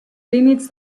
límits